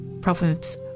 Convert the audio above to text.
Proverbs